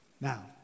Now